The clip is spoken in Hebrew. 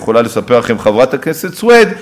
יכולה לספר לכם חברת הכנסת סויד,